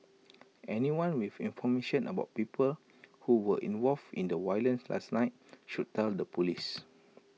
anyone with information about people who were involved in the violence last night should tell the Police